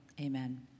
amen